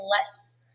less